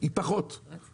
היא פחות מאשר תושב חילוני.